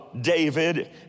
David